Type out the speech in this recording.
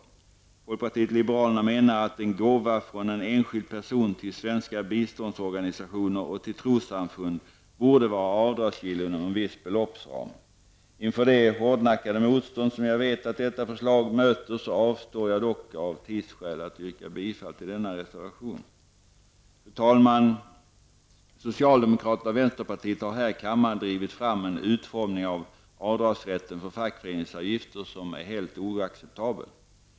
Folkpartiet liberalerna menar att en gåva från en enskild person till svenska biståndsorganisationer och till trossamfund borde vara avdragsgill inom en viss beloppsram. Inför det hårdnackade motstånd som jag vet att detta förslag möter avstår jag dock av tidsskäl att yrka bifall till denna reservation. Fru talman! Socialdemokraterna och vänsterpartiet har här i kammaren drivit igenom en utformning av avdragsrätten för fackföreningsavgifter som är helt oacceptabel.